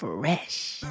Fresh